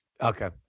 Okay